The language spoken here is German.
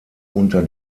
unter